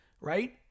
Right